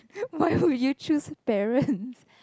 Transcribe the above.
why would you choose Darren